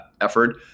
effort